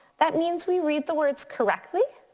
that means we read the words correctly.